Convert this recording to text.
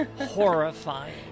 horrifying